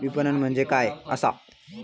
विपणन म्हणजे काय असा?